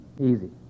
easy